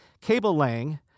cable-laying